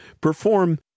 perform